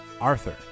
Arthur